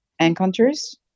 encounters